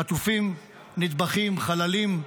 חטופים, נטבחים, חללים,